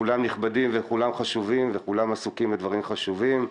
כולם נכבדים וכולם חשובים וכולם עסוקים בדברים חשובים.